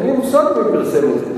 אין לי מושג מי פרסם את זה,